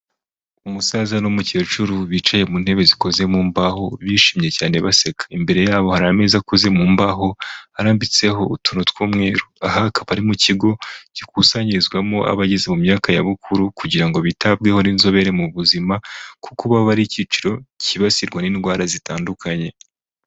Umusaza n'umukecuru bicaye mu ntebe zikoze mu mbaho bishimye cyane baseka, imbere yabo hari ameza akoze mu mbaho, arambitseho utuntu tw'umweru, aha hakaba ari mu kigo gikusanyirizwamo abageze mu myaka ya bukuru kugira ngo bitabweho n'inzobere mu buzima kuko baba ari ikiciro kibasirwa n'indwara zitandukanye.